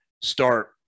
start